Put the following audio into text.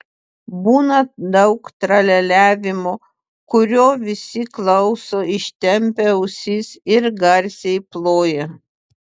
būna daug tralialiavimo kurio visi klauso ištempę ausis ir garsiai ploja